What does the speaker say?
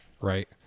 right